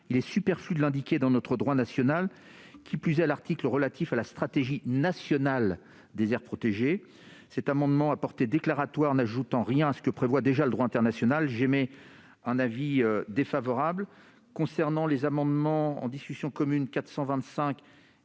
Il est donc superflu de l'indiquer dans notre droit national, qui plus est au sein de l'article relatif à la stratégie nationale des aires protégées. Cet amendement à portée déclaratoire n'ajoutant rien à ce que prévoit déjà le droit international, j'émets un avis défavorable. Pour ce qui concerne les amendements en discussion commune n 425